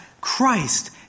Christ